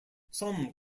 some